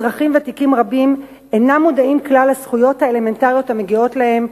אזרחים ותיקים רבים אינם מודעים כלל לזכויות האלמנטריות המגיעות להם.